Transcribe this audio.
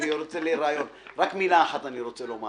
רק מילה אחת אני רוצה לומר